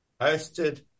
hosted